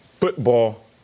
football